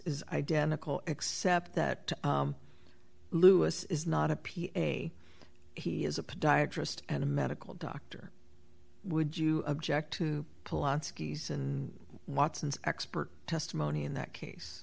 is identical except that lewis is not a p a he is a podiatrist and a medical doctor would you object to polanski's and watson's expert testimony in that case